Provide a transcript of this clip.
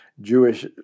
Jewish